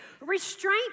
Restraint